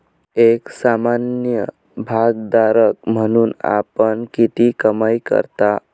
एक सामान्य भागधारक म्हणून आपण किती कमाई करता?